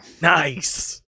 Nice